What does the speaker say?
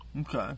Okay